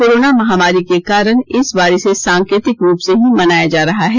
corona महामारी के कारण इस बार इसे सांकेतिक रूप से ही मनाया जा रहा है